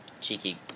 Cheeky